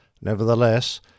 Nevertheless